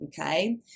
okay